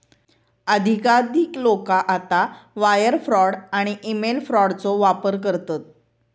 अधिकाधिक लोका आता वायर फ्रॉड आणि ईमेल फ्रॉडचो वापर करतत